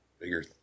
bigger